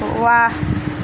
ৱাহ্